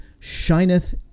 Shineth